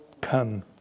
come